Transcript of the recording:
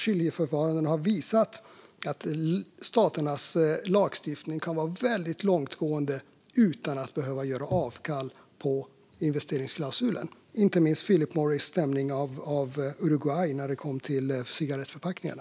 Skiljeförfarandena har visat att staternas lagstiftning kan vara väldigt långtgående utan att man behöver göra avkall på investeringsklausulen. Det gäller till exempel Philip Morris stämning av Uruguay när det kom till cigarettförpackningarna.